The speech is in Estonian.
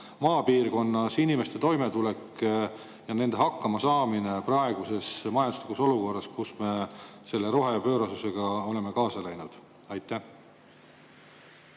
maapiirkonnas inimeste toimetulek ja nende hakkamasaamine praeguses majanduslikus olukorras, kus me selle rohepöörasusega oleme kaasa läinud.